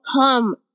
come